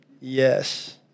Yes